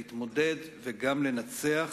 להתמודד וגם לנצח